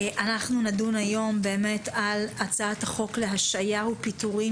אנחנו נדון היום בהצעת החוק להשעיה או פיטורין